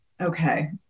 okay